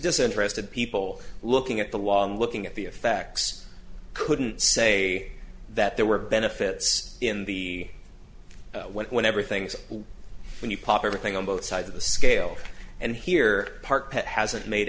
disinterested people looking at the law and looking at the effects couldn't say that there were benefits in the when everything's when you pop everything on both sides of the scale and here park hasn't made